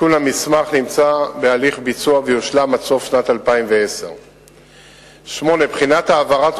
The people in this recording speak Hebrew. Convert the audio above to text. עדכון המסמך נמצא בהליך ביצוע ויושלם עד סוף שנת 2010. ח.